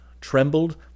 trembled